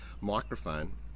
Microphone